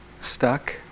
stuck